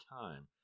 time